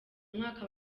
mwaka